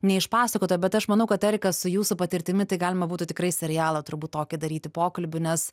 neišpasakota bet aš manau kad erika su jūsų patirtimi tai galima būtų tikrai serialą turbūt tokį daryti pokalbių nes